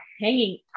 hanging